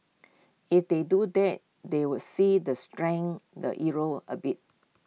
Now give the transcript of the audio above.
if they do that they would see that strength the euro A bit